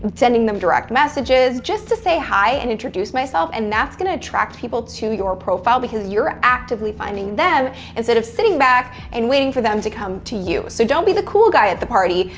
um sending them direct messages. just to say, hi, and introduce myself. and that's going to attract people to your profile, because you're actively finding them instead of sitting back and waiting for them to come to you. so, don't be the cool guy at the party.